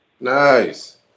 Nice